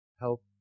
help